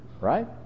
Right